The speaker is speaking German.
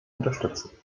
unterstützen